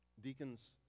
Deacons